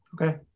Okay